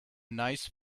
nice